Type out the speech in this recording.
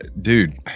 dude